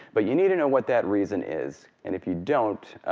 but you need to know what that reason is, and if you don't,